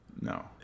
No